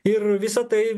ir visa tai